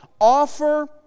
Offer